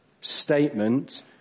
Statement